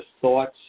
thoughts